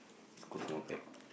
East-Coast more pack